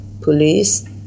police